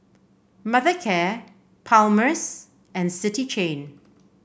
Mothercare Palmer's and City Chain